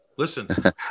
Listen